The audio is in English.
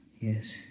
Yes